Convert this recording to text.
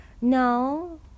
No